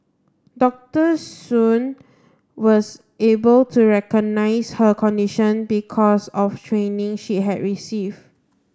Doctor Soon was able to recognise her condition because of training she had received